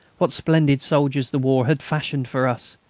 what splendid soldiers the war has fashioned for us!